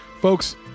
folks